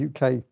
UK